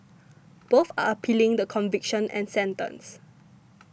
both are appealing the conviction and sentence